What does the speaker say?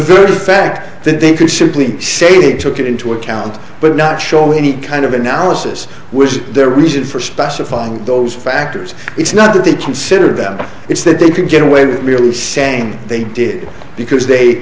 very fact that they could simply say they took it into account but not showing any kind of analysis was their reason for specifying those factors it's not that they consider that it's that they can get away with merely same they did because they